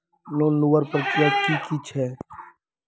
Loan लुबार प्रक्रिया की की छे?